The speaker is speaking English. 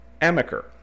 Amaker